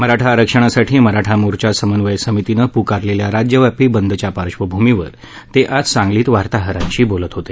मराठा आरक्षणासाठी मराठा मोर्चा समन्वय समितीनं पुकारलेल्या राज्यव्यापी बंदच्या पार्क्षभूमीवर ते आज सांगलीत वार्ताहरांशी बोलत होते